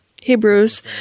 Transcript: Hebrews